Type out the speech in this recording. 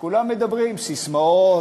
כולם מדברים בססמאות.